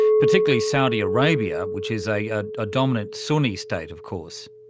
particularly saudi arabia which is a ah ah dominant suni state of course.